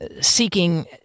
seeking